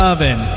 Oven